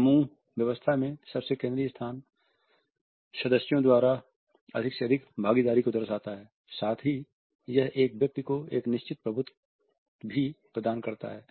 एक समूह व्यवस्था में सबसे केंद्रीय स्थान सदस्यों द्वारा अधिक से अधिक भागीदारी को दर्शाता है साथ ही यह एक व्यक्ति को एक निश्चित प्रभुत्व भी प्रदान करता है